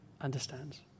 understands